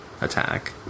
attack